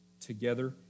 together